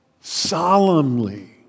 solemnly